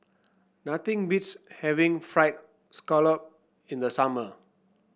nothing beats having fried Scallop in the summer